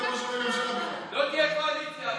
אופוזיציה,